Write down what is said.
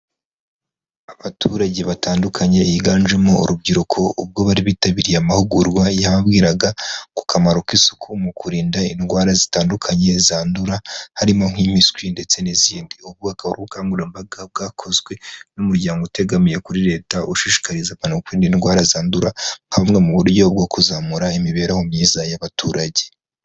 Abaturage batandukanye higanjemo urubyiruko, ubwo bari bitabiriye amahugurwa yababwiraga ku kamaro k'isuku mu kurinda indwara zitandukanye zandura, harimo nk'impiswi ndetse n'izindi, ubwo akaba ari ubukangurambaga bwakozwe n'umuryango utegamiye kuri Leta ushishikariza abantu kwirinda indwara zandura, hamwe mu buryo bwo kuzamura imibereho myiza y'abaturage.